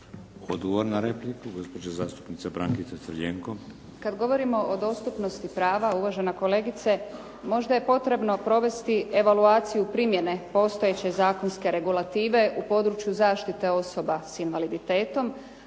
Odgovor na repliku, gospođa zastupnica Brankica Crljenko. **Crljenko, Brankica (SDP)** Kad govorimo o dostupnosti prava, uvažena kolegice, možda je potrebno provesti evaluaciju primjene postojeće zakonske regulative u području zaštite osoba s invaliditetom,